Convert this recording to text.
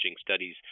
studies